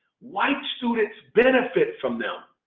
white students benefit from them.